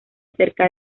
cerca